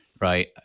right